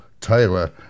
Taylor